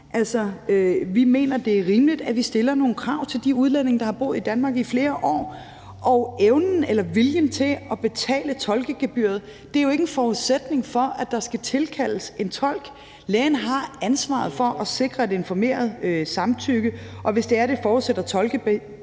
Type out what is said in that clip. samme. Vi mener, det er rimeligt, at vi stiller nogle krav til de udlændinge, der har boet i Danmark i flere år, og evnen eller viljen til at betale tolkegebyret er jo ikke en forudsætning for, at der skal tilkaldes en tolk. Lægen har ansvaret for at sikre et informeret samtykke, og hvis det forudsætter tolkebistand,